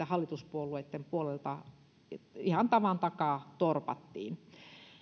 hallituspuolueitten puolelta ihan tavan takaa torpattiin